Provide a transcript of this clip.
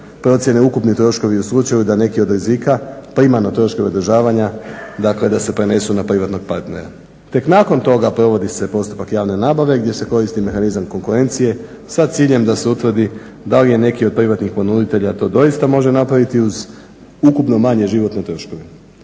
procijene ukupni troškovi u slučaju da neki od rizika … dakle da se prenesu na privatnog partnera. Tek nakon toga provodi se postupak javne nabave gdje se koristi mehanizam konkurencije sa ciljem da se utvrdi da li neki od privatnih ponuditelja to doista može napraviti uz ukupno manje životne troškove.